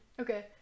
okay